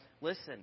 listen